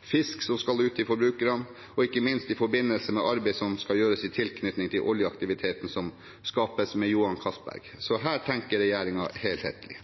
fisk som skal ut til forbrukerne, og ikke minst i forbindelse med arbeid som skal gjøres i tilknytning til oljeaktiviteten som skapes med Johan Castberg, så her tenker regjeringen helhetlig.